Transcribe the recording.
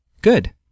Good